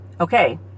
okay